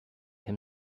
him